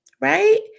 right